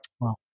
Wow